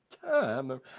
time